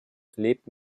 lebt